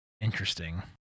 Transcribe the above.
interesting